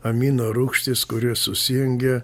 amino rūgštys kurie susijungia